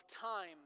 time